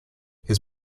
his